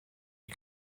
you